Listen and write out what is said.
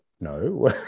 no